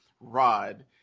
Rod